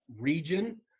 region